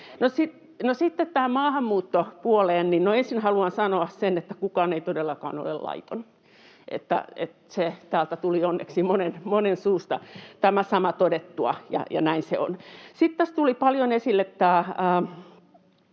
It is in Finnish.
maahanmuuttopuoleen. Ensin haluan sanoa sen, että kukaan ei todellakaan ole laiton. Se sama täältä tuli onneksi monen suusta todettua, ja näin se on. Sitten tässä tuli paljon esille